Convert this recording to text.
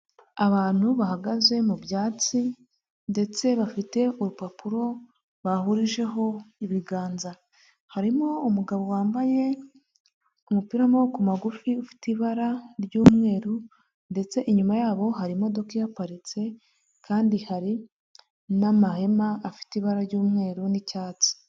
Abantu bahagaze mu byatsi ndetse bafite urupapuro bahurijeho ibiganza, harimo umugabo wambaye umupira w'amaboko magufi ufite ibara ry'umweru, ndetse inyuma yabo hari imodoka ihaparitse kandi hari n'amahema afite ibara ry'umweru n'icyatsi.